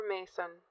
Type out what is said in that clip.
Mason